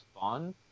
fun